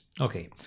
Okay